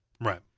Right